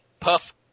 Puff